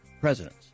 presidents